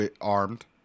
Armed